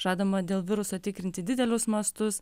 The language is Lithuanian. žadama dėl viruso tikrinti didelius mastus